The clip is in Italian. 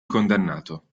condannato